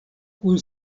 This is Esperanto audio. kun